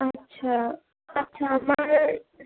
আচ্ছা আচ্ছা আমার